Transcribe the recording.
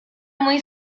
muy